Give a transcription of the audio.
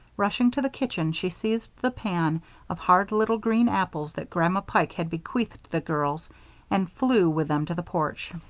rushing to the kitchen she seized the pan of hard little green apples that grandma pike had bequeathed the girls and flew with them to the porch.